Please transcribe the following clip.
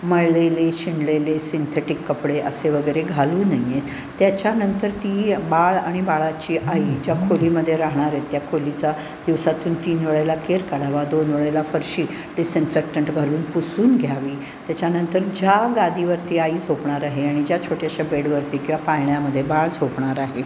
मळलेले शिणलेले सिंथेटिक कपडे असे वगैरे घालू नयेत त्याच्यानंतर ती बाळ आणि बाळाची आई ज्या खोलीमध्ये राहणार आहेत त्या खोलीचा दिवसातून तीन वेळेला केर काढावा दोन वेळेला फरशी डिसन्फेक्टंट घालून पुसून घ्यावी त्याच्यानंतर ज्या गादीवरती आई झोपणार आहे आणि ज्या छोट्याश्या बेडवरती किंवा पाळण्यामध्ये बाळ झोपणार आहे